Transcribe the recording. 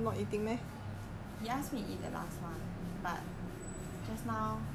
he ask me eat the last [one] but just now I rushing out